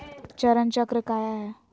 चरण चक्र काया है?